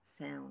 sound